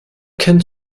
kennt